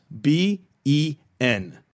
B-E-N